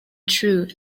true